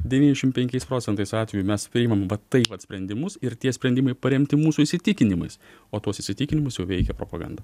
devyniasdešim penkiais procentais atvejų mes priimam vat taip vat sprendimus ir tie sprendimai paremti mūsų įsitikinimais o tuos įsitikinimus jau veikia propaganda